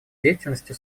деятельности